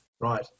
Right